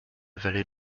valet